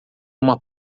uma